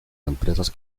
empresas